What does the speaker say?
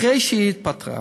אחרי שהיא התפטרה,